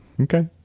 okay